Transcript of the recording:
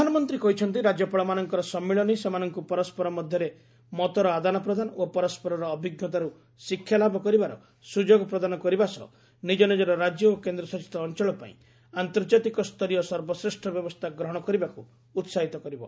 ପ୍ରଧାନମନ୍ତ୍ରୀ କହିଛନ୍ତି ରାଜ୍ୟପାଳମାନଙ୍କର ସମ୍ମିଳନୀ ସେମାନଙ୍କୁ ପରସ୍କର ମଧ୍ୟରେ ମତର ଆଦାନ ପ୍ରଦାନ ଓ ପରସ୍କରର ଅଭିଜ୍ଞତାର୍ତ ଶିକ୍ଷାଲାଭ କରିବାର ସ୍ରଯୋଗ ପ୍ରଦାନ କରିବା ସହ ନିଜ ନିଜର ରାଜ୍ୟ ଓ କେନ୍ଦ୍ରଶାସିତ ଅଞ୍ଚଳ ପାଇଁ ଆନ୍ତର୍ଜାତିକ ସ୍ତରୀୟ ସର୍ବଶ୍ରେଷ୍ଠ ବ୍ୟବସ୍ଥା ଗ୍ରହଣ କରିବାକୁ ଉତ୍ସାହିତ କରିବ